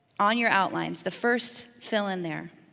on your outlines, the first fill in there,